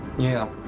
yeah.